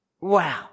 Wow